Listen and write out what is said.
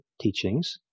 teachings